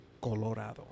Colorado